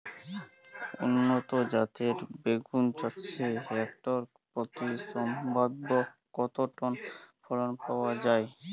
উন্নত জাতের বেগুন চাষে হেক্টর প্রতি সম্ভাব্য কত টন ফলন পাওয়া যায়?